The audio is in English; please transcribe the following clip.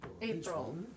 April